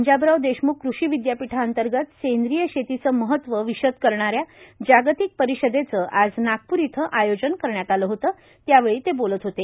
पंजाबराव देशमुख कृषी विदयापीठातंर्गत सेंद्रीय शेतीचं महत्व विषद करणाऱ्या जागतिक परिषदेचं आज नागपुर इथं आयोजन करण्यात आलं होतं त्यावेळी ते बोलत होते